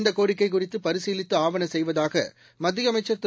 இந்த கோரிக்கை குறித்து பரிசீலித்து ஆவண செய்வதாக மத்திய அமைச்சர் திரு